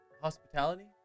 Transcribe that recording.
Hospitality